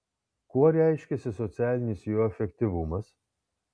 kuo reiškiasi socialinis jo efektyvumas